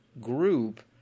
group